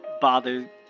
bother